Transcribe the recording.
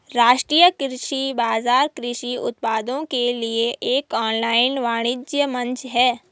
राष्ट्रीय कृषि बाजार कृषि उत्पादों के लिए एक ऑनलाइन वाणिज्य मंच है